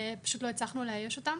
פשוט לא הצלחנו לאייש אותם.